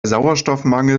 sauerstoffmangel